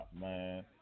man